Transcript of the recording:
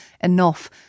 enough